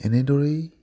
এনেদৰেই